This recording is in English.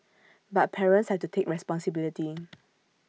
but parents have to take responsibility